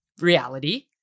reality